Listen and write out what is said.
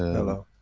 hello.